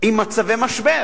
עם מצבי משבר,